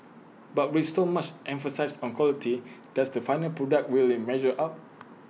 but with so much emphasis on quality does the final product really measure up